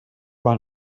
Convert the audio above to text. one